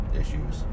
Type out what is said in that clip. issues